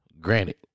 Granted